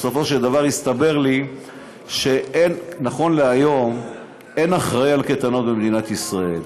בסופו של דבר הסתבר לי שנכון להיום אין אחראי לקייטנות במדינת ישראל.